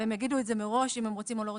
והם יגידו את זה מראש אם הם רוצים או לא רוצים.